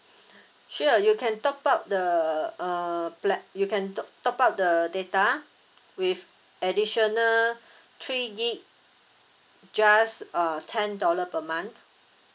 sure you can top up the uh pla~ you can top top up the data with additional three gig just uh ten dollar per month